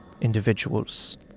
individuals